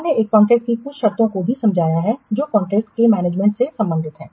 हमने एक कॉन्ट्रैक्ट की कुछ शर्तों को भी समझाया है जो कॉन्ट्रैक्ट के मैनेजमेंट से संबंधित हैं